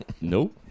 Nope